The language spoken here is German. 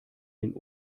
den